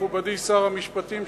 מכובדי שר המשפטים,